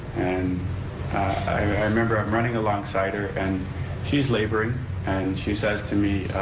and i remember i'm running alongside her and she's laboring and she says to me,